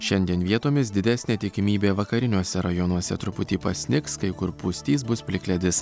šiandien vietomis didesnė tikimybė vakariniuose rajonuose truputį pasnigs kai kur pustys bus plikledis